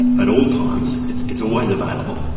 at all times, it's it's always available.